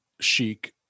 chic